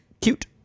cute